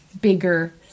bigger